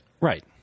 Right